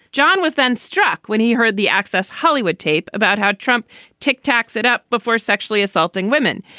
john was then struck when he heard the access hollywood tape about how trump tic tacs it up before sexually assaulting women.